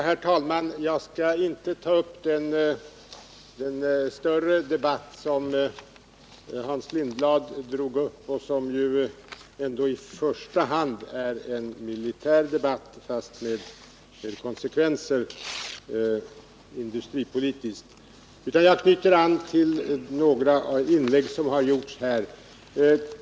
Herr talman! Jag skall inte gå in i den större debatt som Hans Lindblad tog upp och som ju ändå i första hand är en militär debatt, fast med konsekvenser industripolitiskt, utan jag knyter an till några inlägg som gjorts här.